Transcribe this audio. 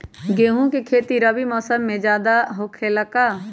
गेंहू के खेती रबी मौसम में ज्यादा होखेला का?